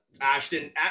ashton